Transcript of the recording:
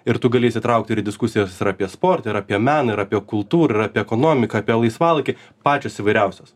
ir tu gali įsitraukti ir į diskusijas ir apie sportą ir apie meną ir apie kultūrą ir apie ekonomiką apie laisvalaikį pačios įvairiausios